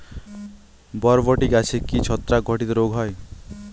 বরবটি গাছে কি ছত্রাক ঘটিত রোগ হয়?